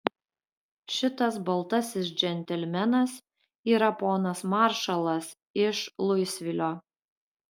šitas baltasis džentelmenas yra ponas maršalas iš luisvilio